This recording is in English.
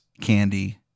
candy